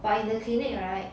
but in the clinic [right]